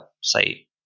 say